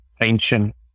ancient